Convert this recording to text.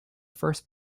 first